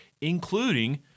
including